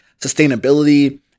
sustainability